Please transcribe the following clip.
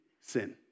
sin